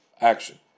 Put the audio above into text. action